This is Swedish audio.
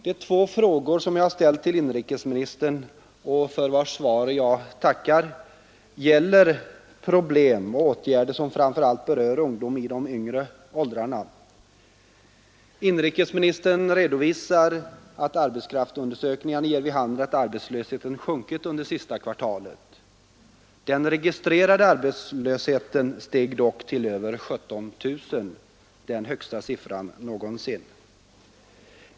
De två frågor som jag har ställt till inrikesministern, för vars svar jag tackar, gäller problem och åtgärder som framför allt berör ungdom i de yngre åldrarna. Inrikesministern redovisar att arbetskraftsundersökningarna ger vid handen att arbetslösheten sjunkit under det senaste kvartalet. Den registrerade ungdomsarbetslösheten steg dock till över 17 000. Det är den högsta siffran någonsin.